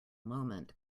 moment